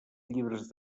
llibres